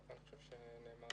נכון.